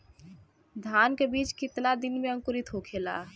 धान के बिज कितना दिन में अंकुरित होखेला?